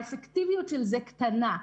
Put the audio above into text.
האפקטיביות של זה קטנה,